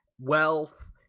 wealth